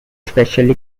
specially